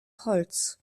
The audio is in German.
holz